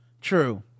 True